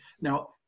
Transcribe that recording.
Now